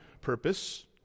purpose